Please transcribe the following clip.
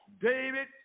David